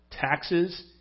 taxes